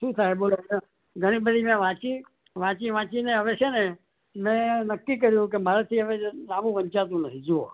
શું થાય બોલો લો ઘણીબધી મેં વાંચી વાંચી વાંચીને હવે છે ને મેં નક્કી કર્યું કે મારાથી હવે લાંબુ વંચાતું નથી જુઓ